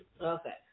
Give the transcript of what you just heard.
okay